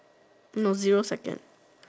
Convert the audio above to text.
no zero seconds